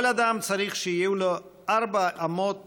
כל אדם צריך שיהיו לו ארבע אמות